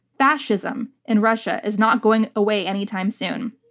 fascism in russia is not going away anytime soon.